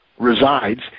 resides